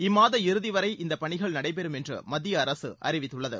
இம்மாத இறுதிவரை இந்தப் பணிகள் நடைபெறும் என்று மத்திய அரசு அறிவித்துள்ளது